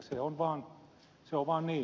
se on vaan niin